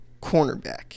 cornerback